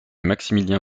maximilien